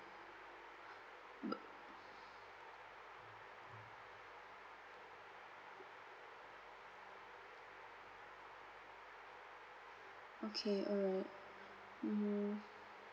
but okay alright mmhmm